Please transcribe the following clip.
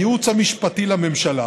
הייעוץ המשפטי לממשלה